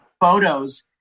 photos